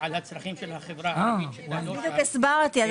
את זה כבשורה, רביבו, זה בדיוק העניין שאמרתי לכם